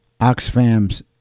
Oxfam's